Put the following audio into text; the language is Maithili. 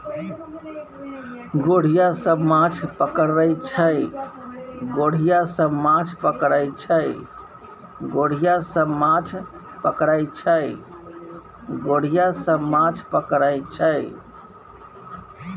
गोढ़िया सब माछ पकरई छै